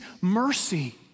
mercy